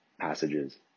passages